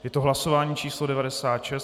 Je to hlasování číslo 96.